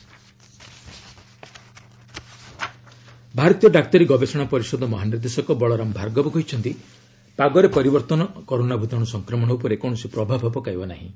corona virus ରେନ୍ ଭାରତୀୟ ଡାକ୍ତରୀ ଗବେଷଣା ପରିଷଦ ମହାନିର୍ଦ୍ଦେଶକ ବଳରାମ ଭାର୍ଗବ କହିଛନ୍ତି ପାଗରେ ପରିବର୍ତ୍ତନ କରୋନା ଭୂତାଣୁ ସଂକ୍ରମଣ ଉପରେ କୌଣସି ପ୍ରଭାବ ପକାଇବ ନାହିଁ